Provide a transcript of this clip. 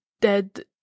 dead